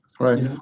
Right